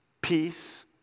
Peace